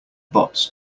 bots